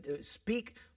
speak